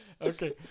Okay